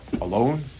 alone